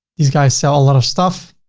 these guys sell a lot of stuff.